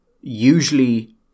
usually